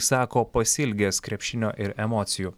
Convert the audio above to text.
sako pasiilgęs krepšinio ir emocijų